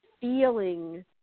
feeling